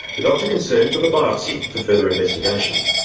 the doctor concerned took a biopsy for further investigation.